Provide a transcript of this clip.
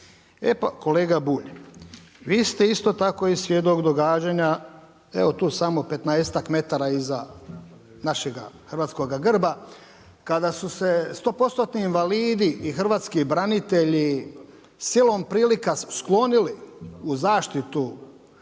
E pa kolega Bulj, vi ste isto tako i svjedok događanja, evo tu samo 15 metara iza našega hrvatskoga grba, kada su se 100%-tni invalidi i hrvatski branitelji, silom prilika sklonili u zaštitu Svete